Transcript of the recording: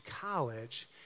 college